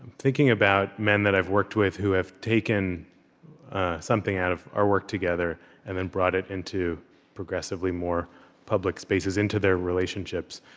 thinking about men that i've worked with who have taken something out of our work together and then brought it into progressively more public spaces, into their relationships,